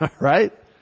right